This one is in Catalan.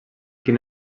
quin